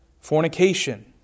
Fornication